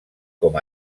com